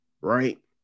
right